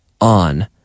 on